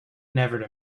never